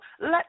Let